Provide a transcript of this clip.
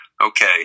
Okay